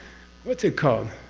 what's it called?